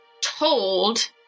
told